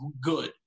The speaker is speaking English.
good